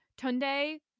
Tunde